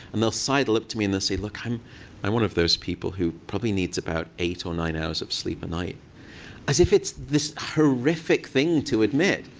and they'll sidle up to me, and they'll say, look, i'm i'm one of those people who probably needs about eight or nine hours of sleep a night as if it's this horrific thing to admit.